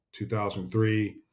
2003